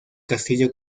castillo